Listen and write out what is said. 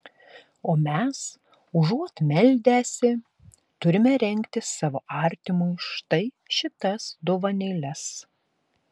o mes užuot meldęsi turime rengti savo artimui štai šitas dovanėles